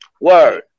Word